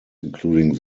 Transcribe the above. including